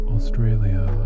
Australia